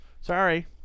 Sorry